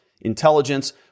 intelligence